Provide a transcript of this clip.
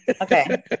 Okay